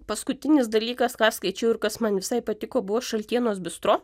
paskutinis dalykas ką skaičiau ir kas man visai patiko buvo šaltienos bistro